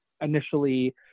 initially